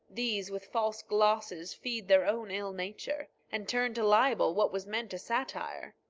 these, with false glosses, feed their own ill-nature, and turn to libel what was meant a satire.